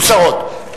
מוסרות.